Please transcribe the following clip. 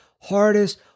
hardest